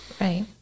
Right